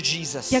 Jesus